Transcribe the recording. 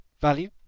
value